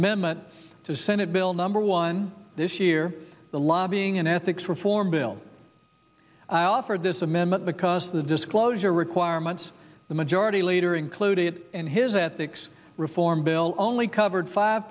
amendment to senate bill number one this year the lobbying and ethics reform bill i offered this amendment because of the disclosure requirements the majority leader included in his at the reform bill only covered five